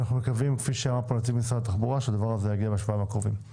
אנחנו מקווים שהדבר הזה יגיע בשבועיים הקרובים.